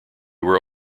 were